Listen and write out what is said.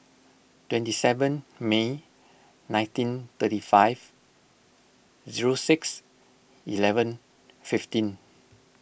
twenty seven May nineteen thirty five zero six eleven fifteen